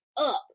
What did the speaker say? up